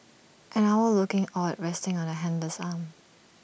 an owl looking awed resting on the handler's arm